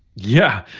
yeah.